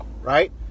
right